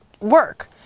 work